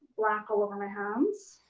black all over my hands.